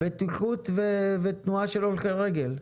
בטיחות ותנועה של הולכי רגל.